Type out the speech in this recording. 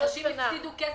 אנשים הפסידו כסף.